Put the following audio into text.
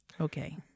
Okay